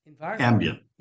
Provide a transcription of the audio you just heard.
ambient